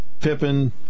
Pippen